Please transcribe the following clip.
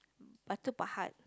Batu-Pahat